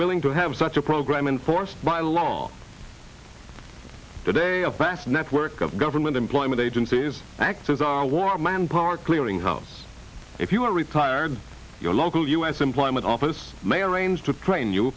willing to have such a program enforced by law today a vast network of government employment agencies act as our war manpower clearinghouse if you are retired your local u s employment office may arrange to train you